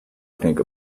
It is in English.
think